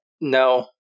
no